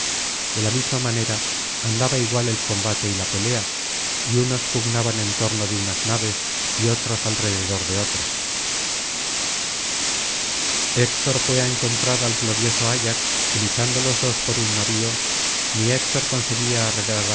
de la misma manera andaba igual el combate y la pelea y unos pugnaban en torno de unas naves y otros alrededor de otras héctor fué á encontrar al glorioso ayax y luchando los dos por un navio ni héctor conseguía arredrar